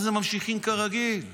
אז הם ממשיכים כרגיל.